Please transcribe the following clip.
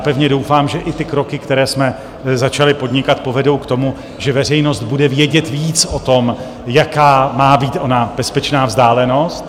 Pevně doufám, že i ty kroky, které jsme začali podnikat, povedou k tomu, že veřejnost bude vědět víc o tom, jaká má být ona bezpečná vzdálenost.